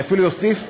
אני אפילו אוסיף,